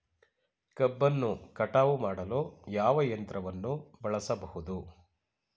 ಕಬ್ಬನ್ನು ಕಟಾವು ಮಾಡಲು ಯಾವ ಯಂತ್ರವನ್ನು ಬಳಸಬಹುದು?